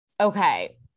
okay